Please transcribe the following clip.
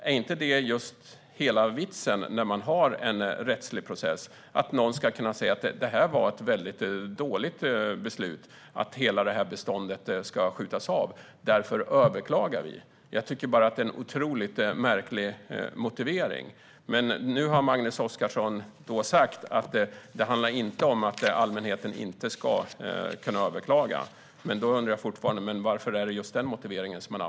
Är inte hela vitsen med en rättslig process att någon ska kunna säga att det var ett dåligt beslut att ett helt bestånd ska skjutas av och därför överklagar man? Jag tycker att det är en märklig motivering. Nu säger Magnus Oscarsson att det inte handlar om att allmänheten inte ska kunna överklaga. Men jag undrar fortfarande: Varför använder ni er av just den motiveringen?